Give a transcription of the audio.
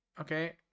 Okay